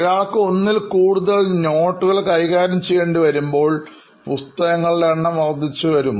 ഒരാൾക്ക് ഒന്നിൽ കൂടുതൽ നോട്ടുകൾ കൈകാര്യം ചെയ്യേണ്ടി വരുമ്പോൾ പുസ്തകങ്ങളുടെ എണ്ണം വർദ്ധിച്ചു വരും